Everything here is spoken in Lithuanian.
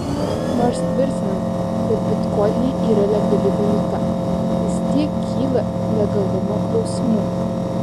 nors tvirtinama kad bitkoinai yra legali valiuta vis tiek kyla legalumo klausimų